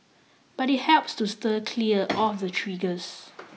but it helps to steer clear of the triggers